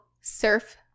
surf